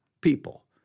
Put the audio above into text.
people